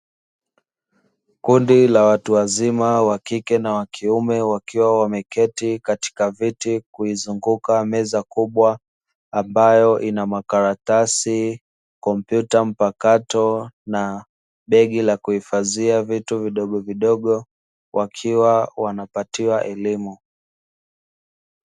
Kundi la watu wazima wa kike na wa kiume wakiwa wameketi katika viti kuizunguka meza kubwa ambayo ina makaratasi, kompyuta mpakato na begi la kuhifadhia vitu vidogo vidogo wakiwa wanapatiwa elimu.